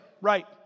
Right